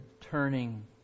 turning